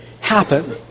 happen